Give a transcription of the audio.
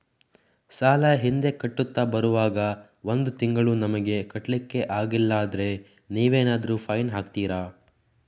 ಸಾಲ ಹಿಂದೆ ಕಟ್ಟುತ್ತಾ ಬರುವಾಗ ಒಂದು ತಿಂಗಳು ನಮಗೆ ಕಟ್ಲಿಕ್ಕೆ ಅಗ್ಲಿಲ್ಲಾದ್ರೆ ನೀವೇನಾದರೂ ಫೈನ್ ಹಾಕ್ತೀರಾ?